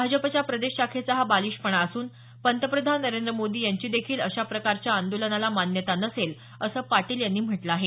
भाजपच्या प्रदेश शाखेचा हा बालिशपणा असून पंतप्रधान नरेंद्र मोदी यांची देखील अशाप्रकारच्या आंदोलनाला मान्यता नसेल असं पाटील यांनी म्हटलं आहे